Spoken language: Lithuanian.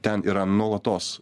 ten yra nuolatos